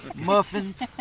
Muffins